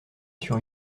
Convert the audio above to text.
sur